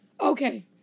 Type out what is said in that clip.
Okay